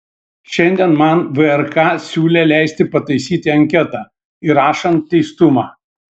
šiandien man vrk siūlė leisti pataisyti anketą įrašant teistumą